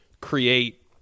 create